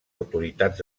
autoritats